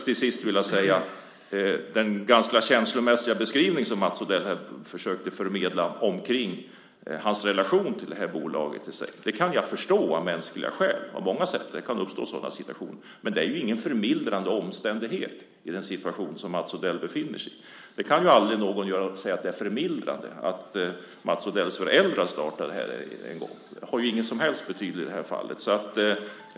Till sist: Den ganska känslomässiga beskrivning som Mats Odell här försökte förmedla kring sin relation till bolaget kan jag av mänskliga skäl och på många sätt förstå. Sådana situationer kan uppkomma. Men det är ingen förmildrande omständighet i den situation som Mats Odell befinner sig i. Det kan aldrig sägas att det är förmildrande att Mats Odells föräldrar en gång startade företaget. Det har ingen som helst betydelse i det här fallet.